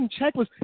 checklist